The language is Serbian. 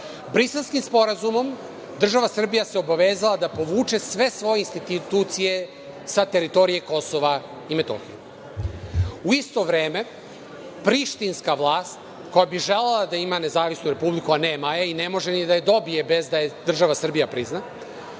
Briselskim sporazumom država Srbija se obavezala da povuče sve svoje institucije sa teritorije Kosova i Metohije.U isto vreme prištinska vlast, koja bi želela da ima nezavisnu republiku, a nema je i ne može ni da je dobije bez da je država Srbija prizna,